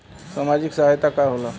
सामाजिक सहायता का होला?